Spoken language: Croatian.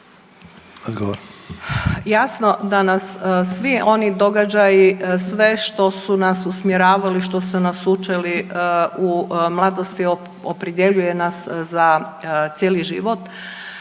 (HDZ)** Jasno da nas svi oni događaji sve što su nas usmjeravali, što su nas učili u mladosti opredjeljuje nas za cijeli život.